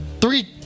Three